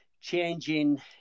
changing